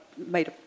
made